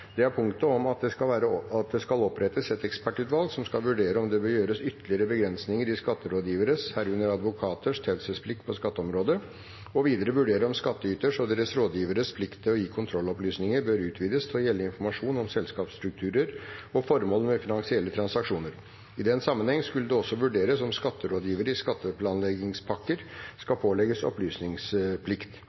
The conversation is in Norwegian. Det første punktet gjelder enighetspunkt 9, om at det skal opprettes et ekspertutvalg som skal vurdere om det bør gjøres ytterligere begrensninger i skatterådgivers taushetsplikt. Det var også enighet om at ekspertutvalget skal se på om skattytere og rådgiveres plikt til å gi kontrollopplysninger bør utvides til å gjelde informasjon om selskapsstrukturer og formålet med finansielle transaksjoner. Til slutt var det enighet om at ekspertutvalget skal vurdere om skatterådgivere bør pålegges opplysningsplikt